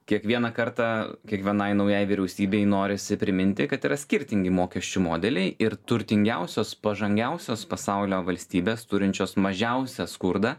kiekvieną kartą kiekvienai naujai vyriausybei norisi priminti kad yra skirtingi mokesčių modeliai ir turtingiausios pažangiausios pasaulio valstybės turinčios mažiausią skurdą